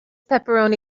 pepperoni